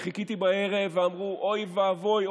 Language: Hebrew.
אני חיכיתי בערב ואמרו: אוי ואבוי,